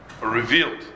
revealed